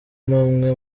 n’umwe